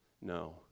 no